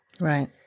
Right